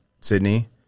Sydney